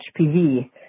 HPV